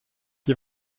die